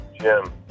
Jim